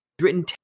written